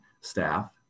staff